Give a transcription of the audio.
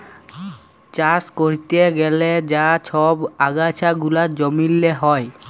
চাষ ক্যরতে গ্যালে যা ছব আগাছা গুলা জমিল্লে হ্যয়